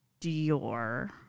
Dior